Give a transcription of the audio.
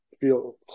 feel